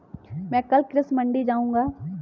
मैं कल कृषि मंडी जाऊँगा